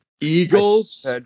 Eagles